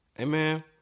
Amen